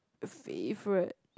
favourite